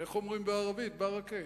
איך אומרים בערבית, ברכה?